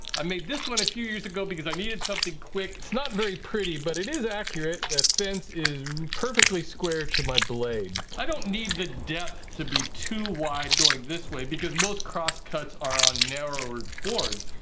i made this one a few years ago because i needed something quick. it's not very pretty, but it is accurate. the fence is perfectly square to my blade. i don't need the depth to be to wide going this way because most cross cuts are on narrower boards.